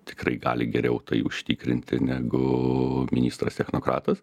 tikrai gali geriau tai užtikrinti negu ministras technokratas